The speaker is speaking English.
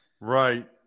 Right